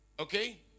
Okay